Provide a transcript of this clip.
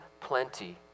plenty